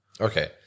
Okay